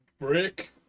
Brick